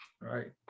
Right